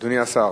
אדוני השר?